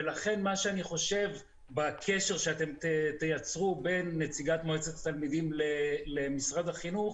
אני חושב שבקשר שאתם תייצרו בין נציגת מועצת התלמידים למשרד החינוך,